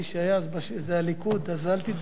מי שהיה אז זה הליכוד, אז אל תתבלבל.